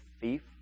thief